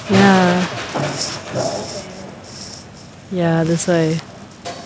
ya ya that's why